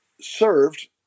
served